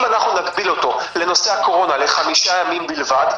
אם אנחנו נגביל אותו לנושא הקורונה לחמישה ימים בלבד,